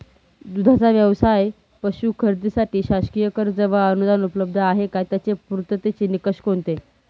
दूधाचा व्यवसायास पशू खरेदीसाठी शासकीय कर्ज व अनुदान उपलब्ध आहे का? त्याचे पूर्ततेचे निकष कोणते?